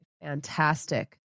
Fantastic